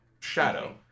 shadow